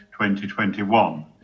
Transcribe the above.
2021